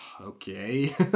okay